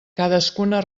cadascuna